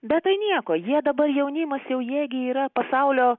bet tai nieko jie dabar jaunimas jau jie gi yra pasaulio